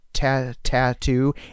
Tattoo